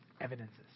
Evidences